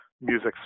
music